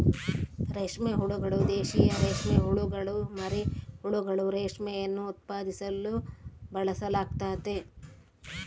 ರೇಷ್ಮೆ ಹುಳುಗಳು, ದೇಶೀಯ ರೇಷ್ಮೆಹುಳುಗುಳ ಮರಿಹುಳುಗಳು, ರೇಷ್ಮೆಯನ್ನು ಉತ್ಪಾದಿಸಲು ಬಳಸಲಾಗ್ತತೆ